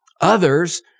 Others